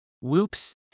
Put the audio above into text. Whoops